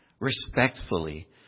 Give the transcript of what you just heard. respectfully